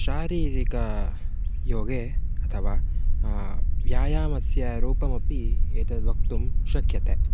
शारीरिकयोगः अथवा व्यायामस्य रूपमपि एतद् वक्तुं शक्यते